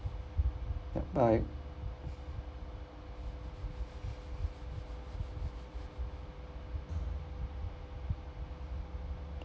yup bye